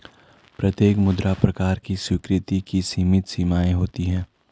प्रत्येक मुद्रा प्रकार की स्वीकृति की सीमित सीमाएँ होती हैं